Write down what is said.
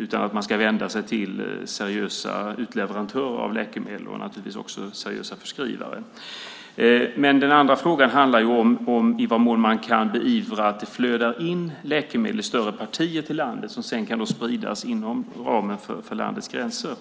Man ska i stället vända sig till seriösa utleverantörer av läkemedel och naturligtvis också till seriösa förskrivare. Den andra frågan handlar om i vilken mån man kan beivra att det flödar in läkemedel i större partier till landet som sedan kan spridas inom landets gränser.